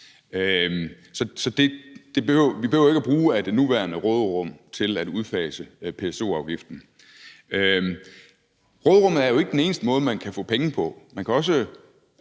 Så vi behøver ikke at bruge af det nuværende råderum til at udfase PSO-afgiften. At bruge råderummet er jo ikke den eneste måde, man kan få penge på.